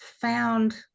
found